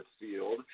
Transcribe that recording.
field